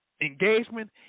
engagement